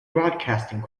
broadcasting